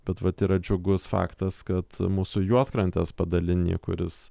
bet vat yra džiugus faktas kad mūsų juodkrantės padaliny kuris